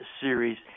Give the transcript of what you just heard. series